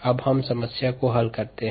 अब समस्या को हल करते है